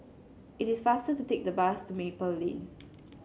it is faster to take the bus to Maple Lane